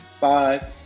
Five